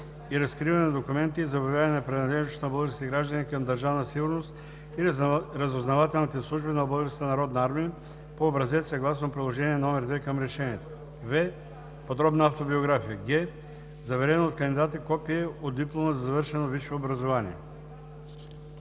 и разкриване на документите и за обявяване на принадлежност на български граждани към Държавна сигурност и разузнавателните служби на Българската народна армия по образец съгласно Приложение № 2 към решението; в) подробна автобиография; г) заверено от кандидата копие от диплома за завършено висше образование;